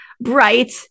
bright